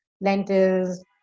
lentils